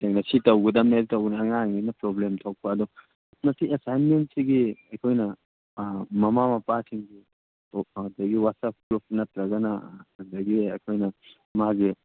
ꯍꯦꯟꯅ ꯁꯤ ꯇꯧꯒꯗꯕꯅꯤ ꯑꯉꯥꯡꯅꯤꯅ ꯄ꯭ꯔꯣꯕ꯭ꯂꯦꯝ ꯊꯣꯛꯄ ꯑꯗꯣ ꯃꯁꯤ ꯑꯦꯁꯥꯏꯟꯃꯦꯟꯁꯤꯒꯤ ꯑꯩꯈꯣꯏꯅ ꯃꯃꯥ ꯃꯄꯥꯁꯤꯡ ꯋꯥꯁꯑꯦꯞ ꯒ꯭ꯔꯨꯞ ꯅꯠꯇ꯭ꯔꯒꯅ ꯑꯗꯒꯤ ꯑꯩꯈꯣꯏꯅ ꯃꯥꯒꯤ